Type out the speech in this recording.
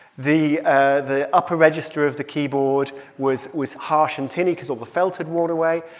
the ah the upper register of the keyboard was was harsh and tinny because all the felt had worn away.